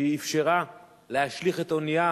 שאפשרה להשליך את האונייה